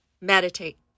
Meditate